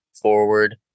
forward